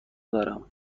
دارم